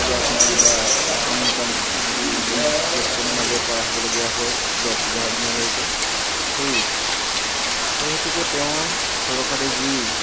পূজা অৰ্চনা বা সকাম নিকাম আদি বহুত ব্যস্তনিৰ মাজেৰে পাৰ হ'বলগীয়া হয় দহ এঘাৰ দিনলৈকে সেই সেই হেতুকে তেওঁৰ চৰকাৰে যি